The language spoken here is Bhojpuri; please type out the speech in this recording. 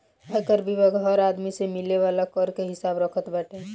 आयकर विभाग हर आदमी से मिले वाला कर के हिसाब रखत बाटे